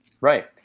Right